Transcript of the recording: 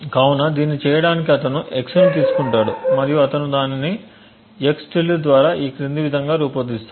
కాబట్టి దీన్ని చేయడానికి అతను x ను తీసుకుంటాడు మరియు అతను దానిని x ద్వారా ఈ క్రింది విధంగా రూపొందిస్తాడు